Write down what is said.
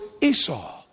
Esau